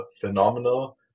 phenomenal